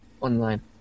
online